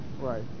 right